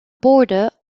border